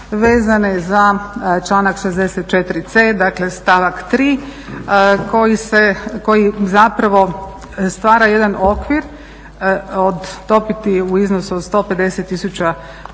vezane za članak 64.c stavak 3. koji zapravo stvara jedan okvir od dobiti u iznosu od 150 000 kuna,